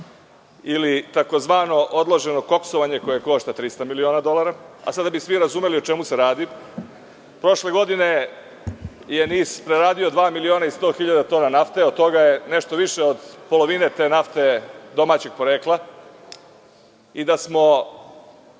ili tzv. odloženo koksovanje koje košta 300 miliona dolara? Da bi svi razumeli o čemu se radi, prošle godine je NIS preradio 2.100.000 tona nafte, a od toga je nešto više od polovine te nafte domaćeg porekla. Da je